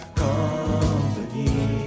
company